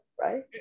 Right